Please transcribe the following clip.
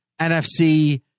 NFC